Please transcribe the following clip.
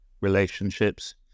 relationships